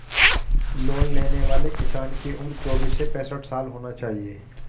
loan लेने वाले किसान की उम्र चौबीस से पैंसठ साल होना चाहिए